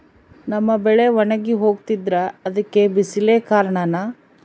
ನಮ್ಮ ಬೆಳೆ ಒಣಗಿ ಹೋಗ್ತಿದ್ರ ಅದ್ಕೆ ಬಿಸಿಲೆ ಕಾರಣನ?